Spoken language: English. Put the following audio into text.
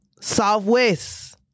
Southwest